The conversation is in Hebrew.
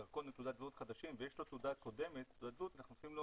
דרכון ותעודת זהות חדשים ויש לו תעודת זהות קודמת אנחנו עושים לו